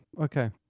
Okay